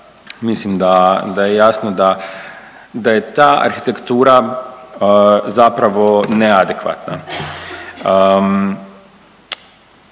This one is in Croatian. mislim da je jasno da je ta arhitektura zapravo neadekvatna.